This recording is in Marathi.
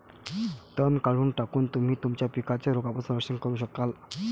तण काढून टाकून, तुम्ही तुमच्या पिकांचे रोगांपासून संरक्षण करू शकाल